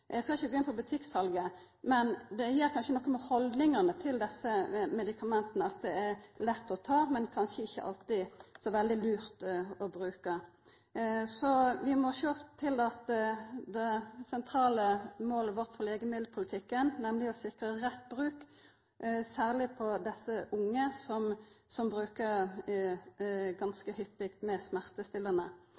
Eg skal ikkje gå inn på butikksalet, men det gjer kanskje noko med haldningane til desse medikamenta, at dei er lette å ta, men kanskje ikkje alltid så lure å bruka. Vi må sjå til det sentrale målet vårt for legemiddelpolitikken, nemleg å sikra rett bruk – særleg for desse unge som brukar smertestillande ganske hyppig.